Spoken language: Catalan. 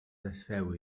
desfeu